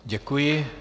Děkuji.